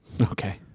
Okay